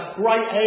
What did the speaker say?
great